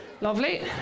Lovely